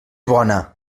bona